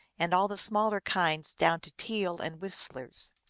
and all the smaller kinds down to teal and whistlers.